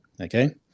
Okay